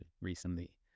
recently